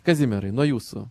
kazimierai nuo jūsų